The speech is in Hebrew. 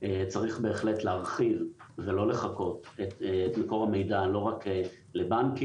צריך באמת להרחיב את מקור המידע ולא לחכות ולא רק לבנקים,